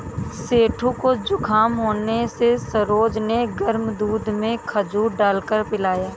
सेठू को जुखाम होने से सरोज ने गर्म दूध में खजूर डालकर पिलाया